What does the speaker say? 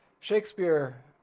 shakespeare